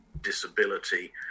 disability